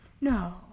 No